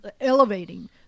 elevating